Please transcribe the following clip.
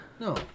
No